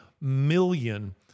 million